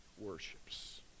worships